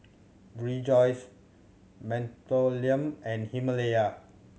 Rejoice Mentholatum and Himalaya